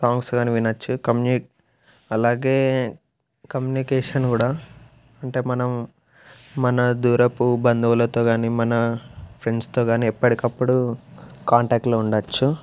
songs కానీ వినచ్చు అలాగే కమ్యూనికేషన్ కూడా అంటే మనం మన దూరపు బంధువులతో కానీ మన ఫ్రెండ్స్తో కానీ ఎప్పడికప్పుడు కాంటాక్ట్లో ఉండచ్చు